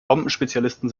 bombenspezialisten